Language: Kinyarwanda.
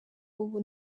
ubu